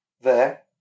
There